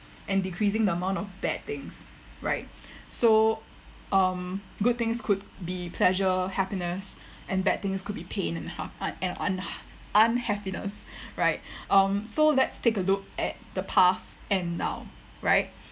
and decreasing the amount of bad things right so um good things could be pleasure happiness and bad things could be pain and ha~ and unha~ unhappiness right um so let's take a look at the past and now right